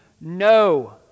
No